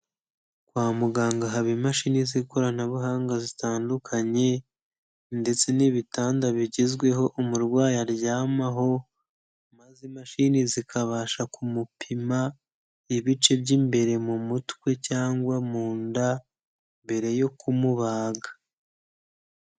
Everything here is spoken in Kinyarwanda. Kwa muganga haba imashini z'ikoranabuhanga zitandukanye, ndetse n'ibitanda bigezweho umurwayi aryamaho, maze imashini zikabasha kumupima, ibice by'imbere mu mutwe cyangwa mu nda, mbere yo kumubaga.